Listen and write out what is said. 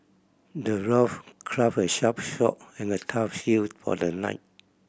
the dwarf crafted a sharp sword and a tough shield for the knight